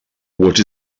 what